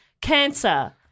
cancer